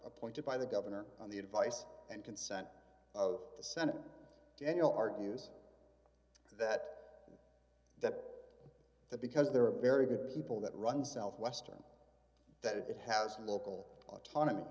appointed by the governor on the advice and consent of the senate daniel argues that that that because there are very good people that run southwestern that it has local autonomy